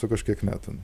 su kažkiek metų